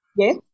Yes